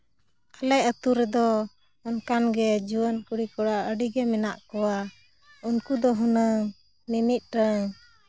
ᱟᱞᱮ ᱟᱛᱳ ᱨᱮᱫᱚ ᱚᱱᱠᱟᱱ ᱜᱮ ᱡᱩᱣᱟᱹᱱ ᱠᱩᱲᱤᱼᱠᱚᱲᱟ ᱟᱹᱰᱤᱜᱮ ᱢᱮᱱᱟᱜ ᱠᱚᱣᱟ ᱩᱱᱠᱩ ᱫᱚ ᱦᱩᱱᱟᱹᱝ ᱢᱤᱢᱤᱫᱴᱟᱝ